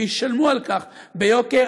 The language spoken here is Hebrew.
וישלמו על כך ביוקר.